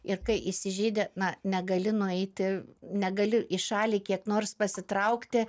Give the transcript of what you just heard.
ir kai įsižydi na negali nueiti negali į šalį kiek nors pasitraukti